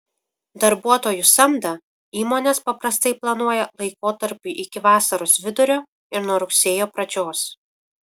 darbuotojų samdą įmonės paprastai planuoja laikotarpiui iki vasaros vidurio ir nuo rugsėjo pradžios